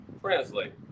translate